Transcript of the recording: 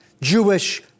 Jewish